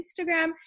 Instagram